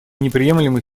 неприемлемой